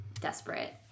desperate